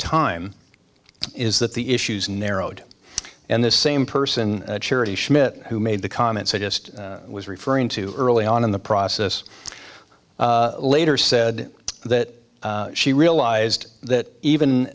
time is that the issues narrowed and this same person charity schmidt who made the comments i just was referring to early on in the process later said that she realized that even